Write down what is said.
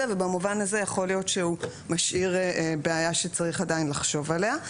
ובמובן הזה יכול להיות שהוא משאיר בעיה שצריך עדיין לחשוב עליה.